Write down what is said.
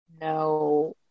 no